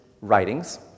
writings